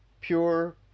pure